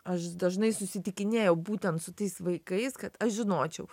aš dažnai susitikinėjau būtent su tais vaikais kad aš žinočiau